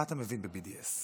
מה אתה מבין ב-BDS?